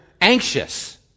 anxious